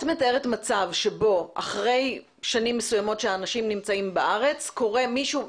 את מתארת מצב שבו אחרי שנים מסוימות שאנשים נמצאים בארץ קורה משהו,